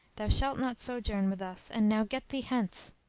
thou shalt not sojourn with us and now get thee hence!